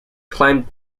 climbed